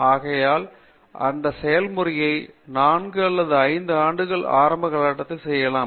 ஆகையால் அந்த செயல்முறையை 4 அல்லது 5 ஆண்டுகள் ஆரம்ப கால கட்டத்தில் இருக்கலாம்